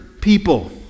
people